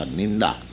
ninda